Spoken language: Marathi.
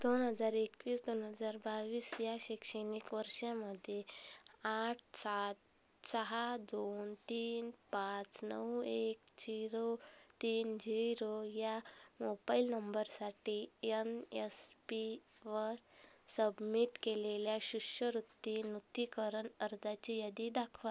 दोन हजार एकवीस दोन हजार बावीस या शैक्षणिक वर्षामध्ये आठ सात सहा दोन तीन पाच नऊ एक झिरो तीन झिरो या मोबाईल नंबरसाठी यम यस पीवर सबमिट केलेल्या शिष्यवृत्ती नूतनीकरण अर्जाची यादी दाखवा